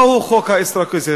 מהו חוק האוסטרקיזם?